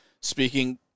speaking